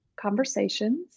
conversations